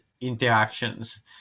interactions